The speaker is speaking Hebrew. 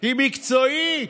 היא מקצועית.